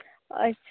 ᱟᱪᱪᱷᱟ